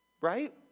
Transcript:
right